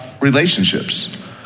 relationships